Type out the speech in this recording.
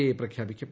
I പ്രഖ്യാപിക്കും